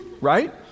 right